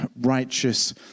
righteous